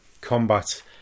combat